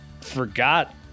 forgot